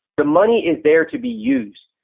the money is there to be used.